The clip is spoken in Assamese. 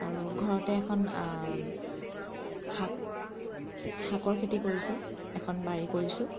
আৰু ঘৰতে এখন শাক শাকৰ খেতি কৰিছোঁ এখন বাৰী কৰিছোঁ